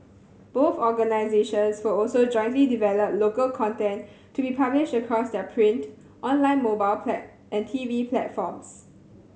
both organisations will also jointly develop local content to be published across their print online mobile pat and TV platforms